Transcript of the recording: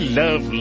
love